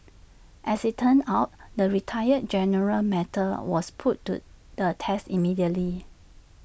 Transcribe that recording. as IT turned out the retired general's mettle was put to the test immediately